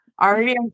Already